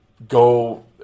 Go